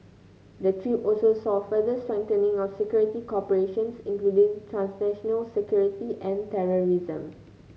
the trip also saw further strengthening of security cooperations including transnational security and terrorism